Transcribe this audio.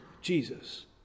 Jesus